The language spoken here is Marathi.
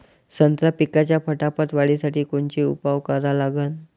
संत्रा पिकाच्या फटाफट वाढीसाठी कोनचे उपाव करा लागन?